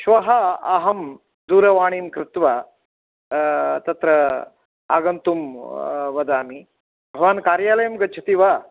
श्वः अहं दूरवाणीं कृत्वा तत्र आगन्तुं वदामि भवान् कार्यालयं गच्छति वा